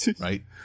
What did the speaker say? Right